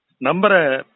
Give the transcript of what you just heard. number